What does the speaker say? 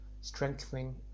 Strengthening